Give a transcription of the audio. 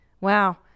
Wow